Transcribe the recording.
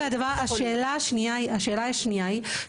השאלה השנייה היא,